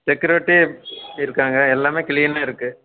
security இருக்காங்க எல்லாம் க்ளீனாக இருக்குது